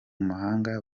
mahanga